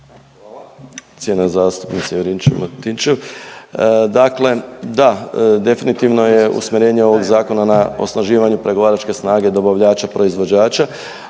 Cijenjena zastupnice Juričev-Martinčev, dakle da, definitivno je usmjerenje ovog zakona na osnaživanju pregovaračke snage dobavljača proizvođača,